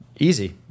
Easy